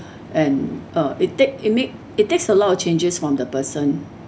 and uh it take it make it takes a lot of changes from the person